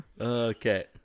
Okay